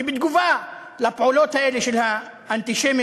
שבתגובה על הפעולות האלה של האנטישמים